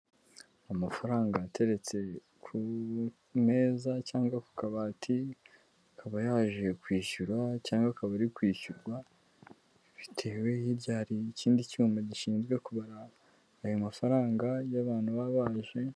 Amafaranga ateretse ku meza cyangwa ku kabati, akaba yaje kwishyura cyangwa akaba ari kwishyurwa bitewe, hirya hari ikindi cyuma gishinzwe kubara ayo mafaranga y'abantu baba baje.